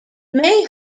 may